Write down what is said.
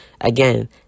Again